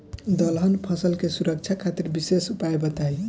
दलहन फसल के सुरक्षा खातिर विशेष उपाय बताई?